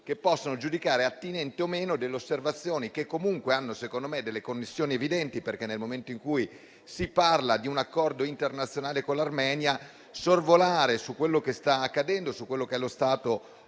che possa valutare come attinenti o no delle osservazioni che comunque, secondo me, hanno connessioni evidenti, perché, nel momento in cui si parla di un Accordo internazionale con l'Armenia, sorvolare su quello che sta accadendo e sullo stato odierno